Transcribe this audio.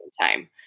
time